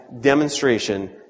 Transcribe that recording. demonstration